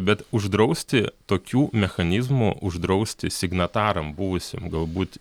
bet uždrausti tokių mechanizmų uždrausti signataram buvusiem galbūt